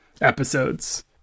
episodes